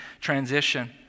transition